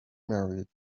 married